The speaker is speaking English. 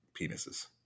penises